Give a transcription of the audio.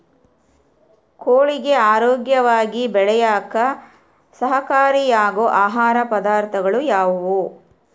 ಕೋಳಿಗೆ ಆರೋಗ್ಯವಾಗಿ ಬೆಳೆಯಾಕ ಸಹಕಾರಿಯಾಗೋ ಆಹಾರ ಪದಾರ್ಥಗಳು ಯಾವುವು?